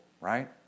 right